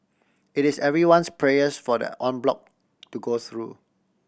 it is everyone's prayers for the en bloc to go through